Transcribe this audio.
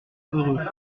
heureux